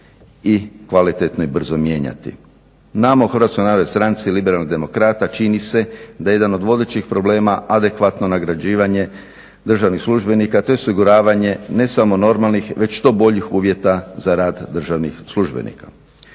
i kvalitetno i brzo mijenjati. Nama u HNS-u, Liberalnih demokrata, čini se da je jedan od vodećih problema adekvatno nagrađivanje državnih službenika te osiguravanje ne samo normalnih već što boljih uvjeta za rad državnih službenika.